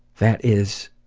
that is,